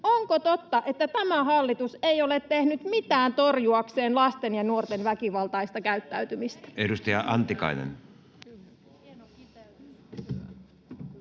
onko totta, että tämä hallitus ei ole tehnyt mitään torjuakseen lasten ja nuorten väkivaltaista käyttäytymistä? [Speech